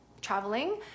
traveling